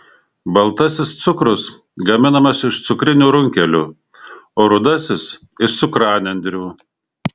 baltasis cukrus gaminamas iš cukrinių runkelių o rudasis iš cukranendrių